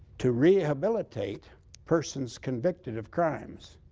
to rehabilitate persons convicted of crimes.